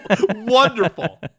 Wonderful